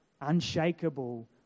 unshakable